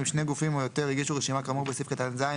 אם שני גופים או יותר הגישו רשימה כאמור בסעיף קטן (ז),